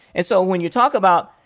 and so when you talk about,